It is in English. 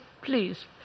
Please